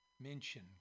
mention